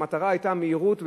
והמטרה היתה מהירות,